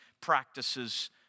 practices